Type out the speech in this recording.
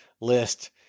list